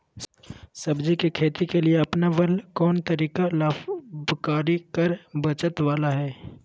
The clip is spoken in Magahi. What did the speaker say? सब्जी के खेती के लिए अपनाबल कोन तरीका लाभकारी कर बचत बाला है?